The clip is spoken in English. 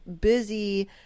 busy